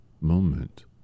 moment